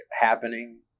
happening